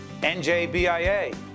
NJBIA